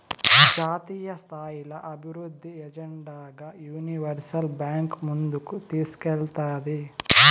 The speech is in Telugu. జాతీయస్థాయిల అభివృద్ధి ఎజెండాగా యూనివర్సల్ బాంక్ ముందుకు తీస్కేల్తాది